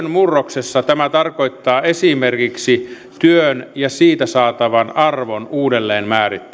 murroksessa tämä tarkoittaa esimerkiksi työn ja siitä saatavan arvon uudelleen määrittelyä